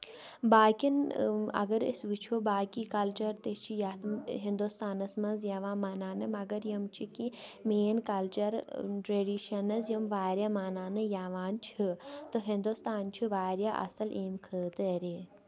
باقین اَگر أسۍ وُچھو باقٕے کِلچر تہِ چھِ یِتھ ہِندوستانَس منٛز یِوان مَناونہٕ مَگر یِم چھِ کیٚنٛہہ مین کَلچر ٹریڈِشنٕز یِم واریاہ مَناونہٕ یَوان چھِ تہٕ ہِندوستان چھُ واریاہ اَصٕل اَمۍ خٲطرِ